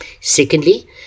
Secondly